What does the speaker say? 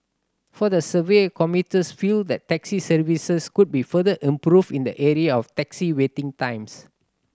from the survey commuters feel that taxi services could be further improved in the area of taxi waiting times